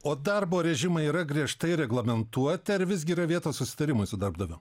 o darbo režimai yra griežtai reglamentuoti ar visgi yra vietos susitarimui su darbdaviu